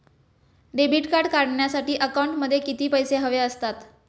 Debit card काढण्यासाठी अकाउंटमध्ये किती पैसे हवे असतात?